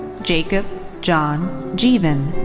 jacob john jeevan.